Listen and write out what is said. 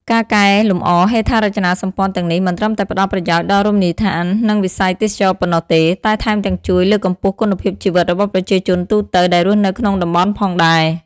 ការកែលម្អហេដ្ឋារចនាសម្ព័ន្ធទាំងនេះ មិនត្រឹមតែផ្តល់ប្រយោជន៍ដល់រមណីយដ្ឋាន និងវិស័យទេសចរណ៍ប៉ុណ្ណោះទេ តែថែមទាំងជួយ លើកកម្ពស់គុណភាពជីវិតរបស់ប្រជាជនទូទៅ ដែលរស់នៅក្នុងតំបន់ផងដែរ។